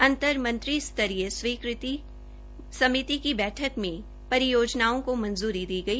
अंतर मंत्री स्तरीय स्वीकृति समिति की बैठक में परियोजनाओं को मंजूरी दी गई